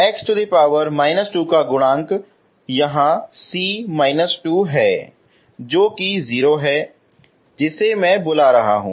x−2 का गुणांक यहां c−2 है जो कि 0 है जो मैं बुला रहा है